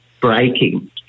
breaking